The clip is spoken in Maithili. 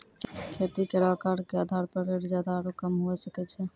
खेती केरो आकर क आधार पर रेट जादा आरु कम हुऐ सकै छै